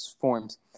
forms